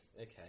okay